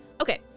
Okay